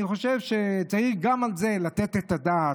אני חושב שצריך לתת על זה את הדעת,